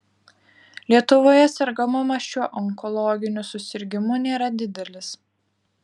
lietuvoje sergamumas šiuo onkologiniu susirgimu nėra didelis